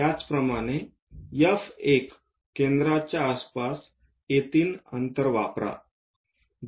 त्याचप्रमाणे F1 केंद्रच्या आसपास A3 अंतर वापरा